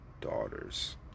daughters